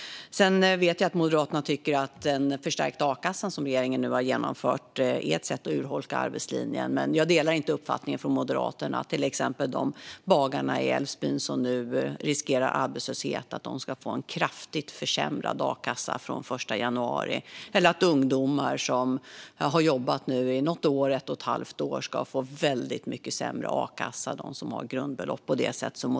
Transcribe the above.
Jag vet att Moderaterna tycker att regeringens förstärkning av a-kassan är ett sätt att urholka arbetslinjen. Jag delar dock inte Moderaternas uppfattning att till exempel bagarna i Älvsbyn som riskerar arbetslöshet borde få en kraftigt försämrad a-kassa från den 1 januari eller att ungdomar som har jobbat något år borde få ett mycket lägre grundbelopp i a-kassan.